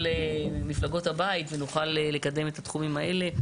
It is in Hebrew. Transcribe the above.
מפלגות הבית ונוכל לקדם את התחומים האלה.